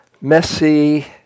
messy